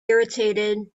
irritated